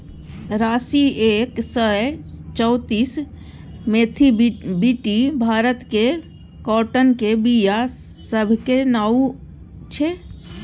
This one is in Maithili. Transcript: राशी एक सय चौंतीस, मोथीबीटी भारतक काँटनक बीया सभक नाओ छै